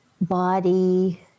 body